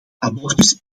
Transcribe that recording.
abortus